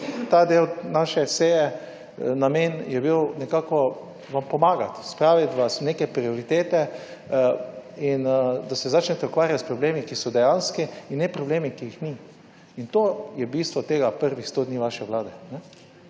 ta del naše seje, namen je bil nekako vam pomagati, spraviti v neke prioritete in da se začnete ukvarjati s problemi, ki so dejanski in ne problemi, ki jih ni. To je bistvo tega, prvih 100 dni vaše vlade.